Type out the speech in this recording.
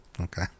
Okay